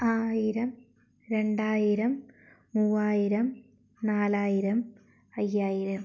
ആയിരം രണ്ടായിരം മുവ്വായിരം നാലായിരം അയ്യായിരം